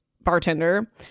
bartender